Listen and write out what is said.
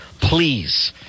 Please